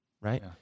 right